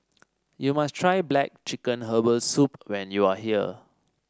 you must try black chicken Herbal Soup when you are here